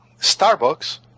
Starbucks